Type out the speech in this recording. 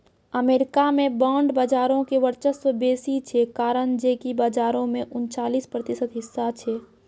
America मे bond बजारो के वर्चस्व बेसी छै, कारण जे कि बजारो मे उनचालिस प्रतिशत हिस्सा छै